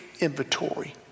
inventory